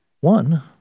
One